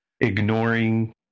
ignoring